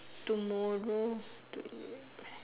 tomorrow tomorrow